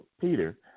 Peter